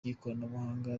by’ikoranabuhanga